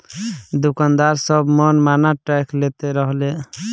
दुकानदार सब मन माना टैक्स लेत रहले